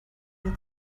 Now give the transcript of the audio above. mir